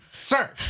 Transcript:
Sir